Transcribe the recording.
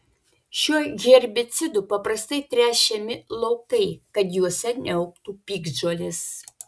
šiuo herbicidu paprastai tręšiami laukai kad juose neaugtų piktžolės